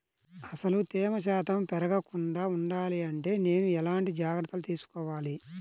అసలు తేమ శాతం పెరగకుండా వుండాలి అంటే నేను ఎలాంటి జాగ్రత్తలు తీసుకోవాలి?